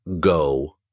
go